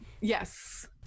Yes